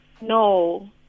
No